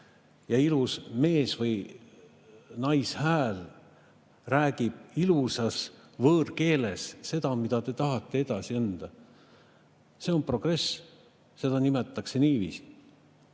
Ja ilus mees‑ või naishääl räägib ilusas võõrkeeles seda, mida te tahate edasi anda. See on progress, seda nimetatakse niiviisi.